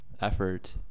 effort